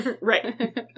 Right